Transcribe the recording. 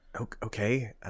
Okay